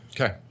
okay